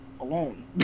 alone